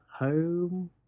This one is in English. home